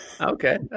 Okay